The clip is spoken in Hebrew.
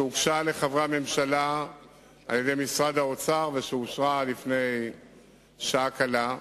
שהוגשה לחברי הממשלה על-ידי משרד האוצר ואושרה לפני שעה קלה,